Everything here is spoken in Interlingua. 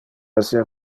esser